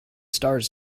stars